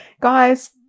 Guys